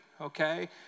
Okay